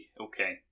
okay